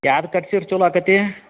ಯಾವ್ದ್ ಕಟ್ಸೀರೆ ಚೊಲೋ ಆಕತಿ